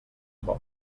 por